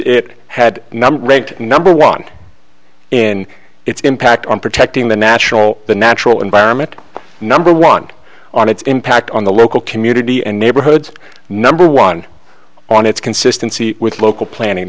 number ranked number one in its impact on protecting the natural the natural environment number one on its impact on the local community and neighborhoods number one on its consistency with local planning